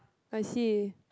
I see